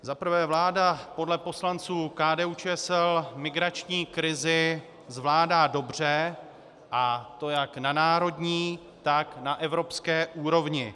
Za prvé, vláda podle poslanců KDUČSL migrační krizi zvládá dobře, a to jak na národní, tak na evropské úrovni.